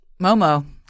Momo